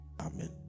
amen